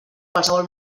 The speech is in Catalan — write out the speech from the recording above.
qualsevol